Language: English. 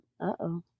uh-oh